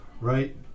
right